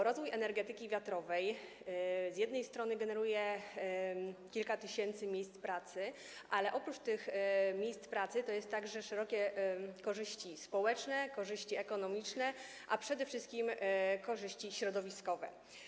Rozwój energetyki wiatrowej z jednej strony generuje kilka tysięcy miejsc pracy, ale oprócz tego generuje także szerokie korzyści społecznie, korzyści ekonomiczne, a przede wszystkim korzyści środowiskowe.